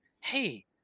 hey